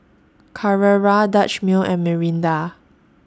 Carrera Dutch Mill and Mirinda